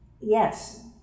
yes